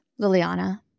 Liliana